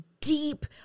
deep